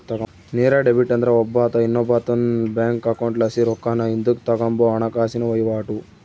ನೇರ ಡೆಬಿಟ್ ಅಂದ್ರ ಒಬ್ಬಾತ ಇನ್ನೊಬ್ಬಾತುನ್ ಬ್ಯಾಂಕ್ ಅಕೌಂಟ್ಲಾಸಿ ರೊಕ್ಕಾನ ಹಿಂದುಕ್ ತಗಂಬೋ ಹಣಕಾಸಿನ ವಹಿವಾಟು